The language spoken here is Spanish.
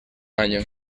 año